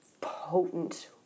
potent